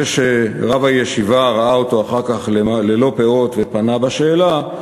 זה שרב הישיבה ראה אותו אחר כך ללא פאות ופנה בשאלה,